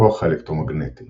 הכוח האלקטרומגנטי